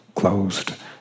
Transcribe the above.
closed